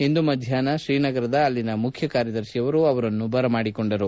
ಇಂದು ಮಧ್ಯಾಪ್ನ ಶ್ರೀನಗರದ ಅಲ್ಲಿನ ಮುಖ್ಖಕಾರ್ಯದರ್ಶಿಯವರು ಬರಮಾಡಿಕೊಂಡರು